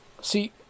See